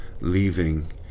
leaving